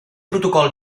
protocol